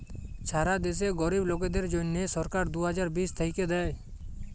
ছারা দ্যাশে গরীব লোকদের জ্যনহে সরকার দু হাজার বিশ থ্যাইকে দেই